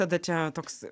tada čia toks